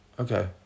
Okay